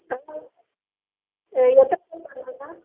எத்தனை மணிக்கு வரணுங்க